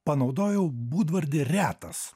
panaudojau būdvardį retas